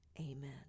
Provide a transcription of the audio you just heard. Amen